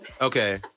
Okay